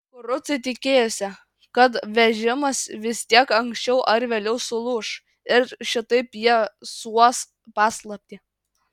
kurucai tikėjosi kad vežimas vis tiek anksčiau ar vėliau sulūš ir šitaip jie suuos paslaptį